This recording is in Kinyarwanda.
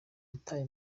yatawe